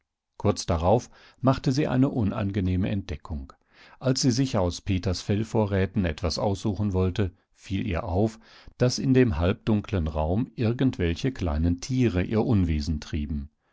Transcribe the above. kurz darauf machte sie eine unangenehme entdeckung als sie sich aus peters fellvorräten etwas aussuchen wollte fiel ihr auf daß in dem halbdunklen raum irgendwelche kleinen tiere ihr unwesen trieben